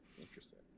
interesting